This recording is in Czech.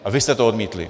A vy jste to odmítli.